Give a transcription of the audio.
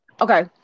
Okay